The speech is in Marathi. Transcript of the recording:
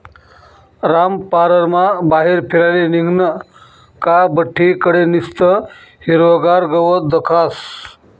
रामपाररमा बाहेर फिराले निंघनं का बठ्ठी कडे निस्तं हिरवंगार गवत दखास